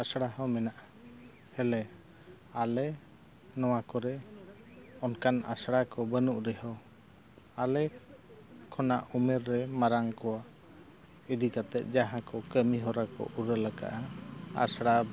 ᱟᱥᱲᱟ ᱦᱚᱸ ᱢᱮᱱᱟᱜᱼᱟ ᱟᱞᱮ ᱱᱚᱣᱟ ᱠᱚᱨᱮ ᱚᱱᱠᱟᱱ ᱟᱥᱲᱟ ᱠᱚ ᱵᱟᱹᱱᱩᱜ ᱨᱮᱦᱚᱸ ᱟᱞᱮ ᱠᱷᱚᱱᱟᱜ ᱩᱢᱮᱨ ᱨᱮ ᱢᱟᱨᱟᱝ ᱠᱚ ᱤᱫᱤ ᱠᱟᱛᱮᱫ ᱡᱟᱦᱟᱸ ᱠᱚ ᱠᱟᱹᱢᱤ ᱦᱚᱨᱟ ᱠᱚ ᱩᱨᱟᱹᱞ ᱟᱠᱟᱜᱼᱟ ᱟᱥᱲᱟ